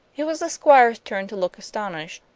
it was the squire's turn to look astonished.